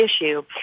issue